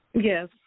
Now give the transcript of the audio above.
Yes